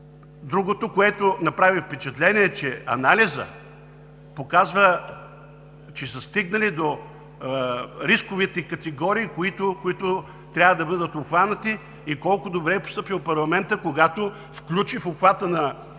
Другото, което направи впечатление, е, че анализът показва, че са стигнали до рисковите категории, които трябва да бъдат обхванати и колко добре е постъпил парламентът, когато включи в обхвата на декларациите